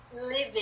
living